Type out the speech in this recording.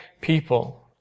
people